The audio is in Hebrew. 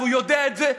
והוא יודע את זה.